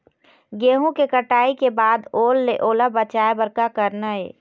गेहूं के कटाई के बाद ओल ले ओला बचाए बर का करना ये?